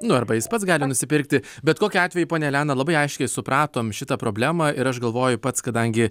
nu arba jis pats gali nusipirkti bet kokiu atveju ponia elena labai aiškiai supratom šitą problemą ir aš galvoju pats kadangi